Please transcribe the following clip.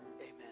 amen